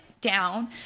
down